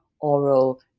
oral